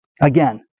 Again